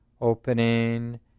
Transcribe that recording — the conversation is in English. opening